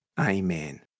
Amen